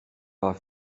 pas